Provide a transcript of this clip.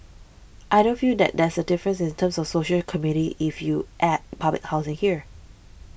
I don't feel that there's a difference in terms of social community if you add public housing here